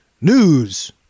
news